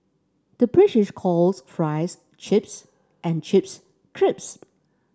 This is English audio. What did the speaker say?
the British calls fries chips and chips crisps